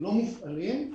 לא מופעלים.